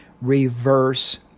Reverse